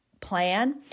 plan